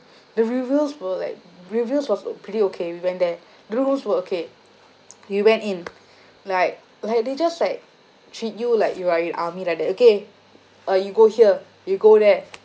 the reviews were like reviews was pretty okay we went there the rooms were okay we went in like like they just like treat you like you are in army like that okay uh you go here you go there